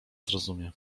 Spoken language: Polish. zrozumie